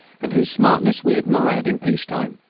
and whose smartness we admired in peace time.